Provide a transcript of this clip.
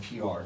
PR